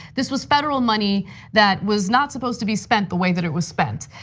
this was federal money that was not supposed to be spent the way that it was spent.